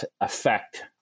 affect